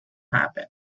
happen